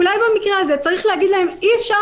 אולי במקרה הזה צריך להגיד להם אי אפשר